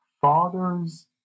father's